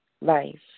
life